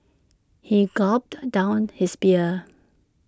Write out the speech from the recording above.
he gulped down his beer